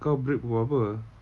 kau break pukul berapa